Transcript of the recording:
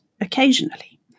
occasionally